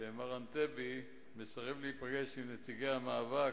שמר ענתבי מסרב להיפגש עם נציגי המאבק,